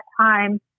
time